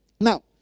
Now